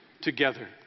together